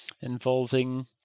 involving